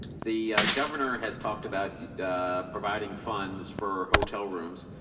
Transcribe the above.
the governor has talked about providing funds for hotel rooms.